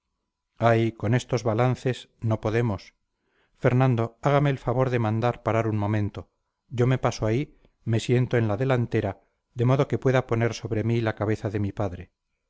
ay con estos balances no podemos fernando hágame el favor de mandar parar un momento yo me paso ahí me siento en la delantera de modo que pueda poner sobre mí la cabeza de padre